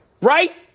Right